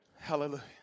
Hallelujah